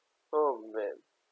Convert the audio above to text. oh man